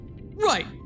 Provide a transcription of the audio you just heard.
Right